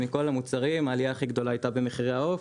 מכל המוצרים העלייה הכי גדולה הייתה במחירי העוף,